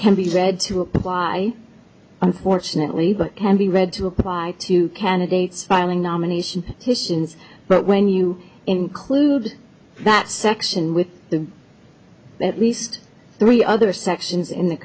can be said to apply unfortunately but can be read to apply why two candidates filing nomination fissions but when you include that section with the at least three other sections in the